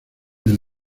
del